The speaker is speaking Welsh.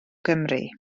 gymru